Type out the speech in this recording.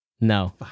No